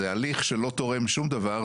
זה הליך שלא תורם שום דבר.